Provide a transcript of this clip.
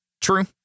true